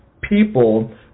people